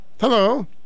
Hello